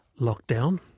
lockdown